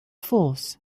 force